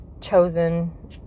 chosen